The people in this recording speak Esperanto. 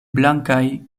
blankaj